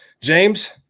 James